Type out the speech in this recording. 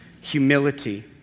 humility